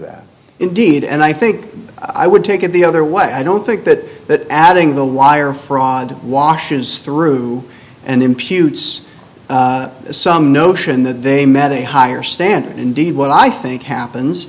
that indeed and i think i would take it the other way i don't think that that adding the wire fraud washes through and imputes some notion that they met a higher standard indeed what i think happens